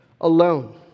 alone